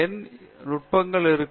எண் நுட்பங்கள் இருக்கும்